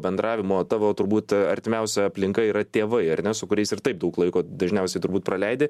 bendravimo tavo turbūt artimiausia aplinka yra tėvai ar ne su kuriais ir taip daug laiko dažniausiai turbūt praleidi